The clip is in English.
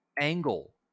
angle